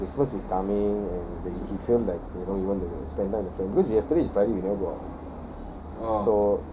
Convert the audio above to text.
no lah something like christmas is coming and he feel like you know you want to spend time with friends cause yesterday is friday we never go out